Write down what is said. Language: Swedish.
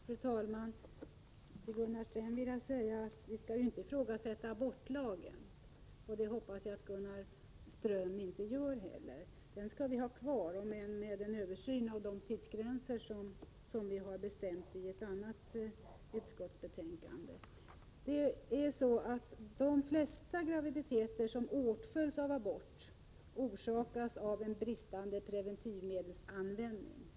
Fru talman! Jag vill till Gunnar Ström säga att vi inte skall ifrågasätta abortlagen. Det hoppas jag att han inte gör. Den lagen skall vi ha kvar, även om vi skall göra en översyn av gällande tidsgränser. Denna fråga tas emellertid upp i ett annat utskottsbetänkande. De flesta graviditeter som leder till abort orsakas av en bristande preventivmedelsanvändning.